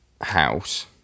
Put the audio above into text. house